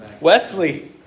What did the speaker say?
Wesley